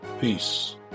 Peace